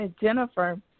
Jennifer